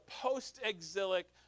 post-exilic